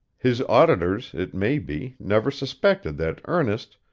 his auditors, it may be, never suspected that ernest,